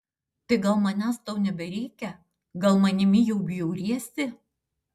tai gal manęs tau nebereikia gal manimi jau bjauriesi